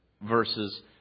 Versus